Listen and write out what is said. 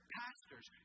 pastors